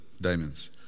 diamonds